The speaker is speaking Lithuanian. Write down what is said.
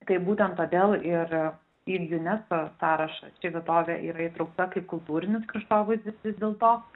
tai būtent todėl ir į unesco sąrašą ši vietovė yra įtraukta kaip kultūrinis kraštovaizdis vis dėlto